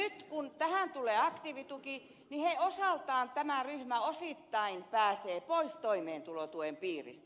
nyt kun tähän tulee aktiivituki niin tämä ryhmä osittain pääsee pois toimeentulotuen piiristä